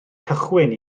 cychwyn